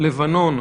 לבנון,